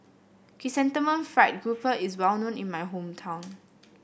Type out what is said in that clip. Chrysanthemum Fried Grouper is well known in my hometown